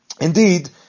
indeed